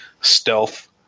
stealth